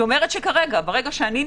זה לא נכון.